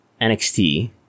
NXT